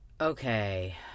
Okay